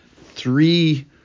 three